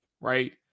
Right